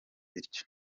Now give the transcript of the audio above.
bityo